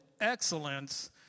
excellence